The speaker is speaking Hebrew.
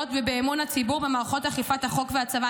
ובאמון הציבור במערכות אכיפת החוק והצבא.